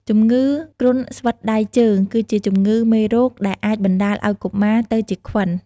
ជម្ងឺគ្រុនស្វិតដៃជើងគឺជាជំងឺមេរោគដែលអាចបណ្តាលឱ្យកុមារទៅជាខ្វិន។